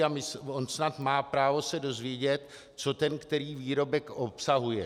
A on snad má právo se dozvědět, co ten který výrobek obsahuje.